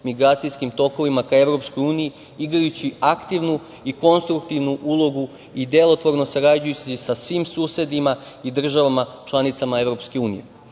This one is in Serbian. migracijskim tokovima ka Evropskoj uniji, igrajući aktivnu i konstruktivnu ulogu i delotvorno sarađujući sa svim susedima i državama članicama Evropske